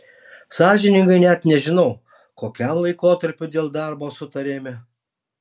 sąžiningai net nežinau kokiam laikotarpiui dėl darbo sutarėme